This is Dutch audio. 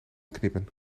knippen